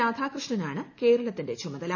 രാധാകൃഷ്ണനാണ് കേരളത്തിന്റെ ചുമതല